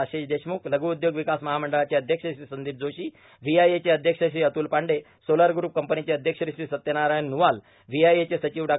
आशिष देशमुख लघुउद्योग र्वकास महामंडळाचे अध्यक्ष श्री संदोप जोशी व्होआयएचे अध्यक्ष श्री अतुल पांडे सोलर ग्रुप कंपनीचे अध्यक्ष श्री सत्यनारायण न्रवाल व्होआयएचे र्साचव डॉ